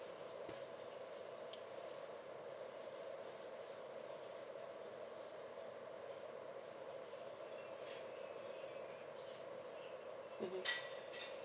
mmhmm